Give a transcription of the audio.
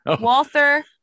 Walter